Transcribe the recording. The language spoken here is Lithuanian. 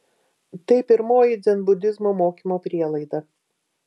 tai pirmoji dzenbudizmo mokymo prielaida